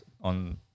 on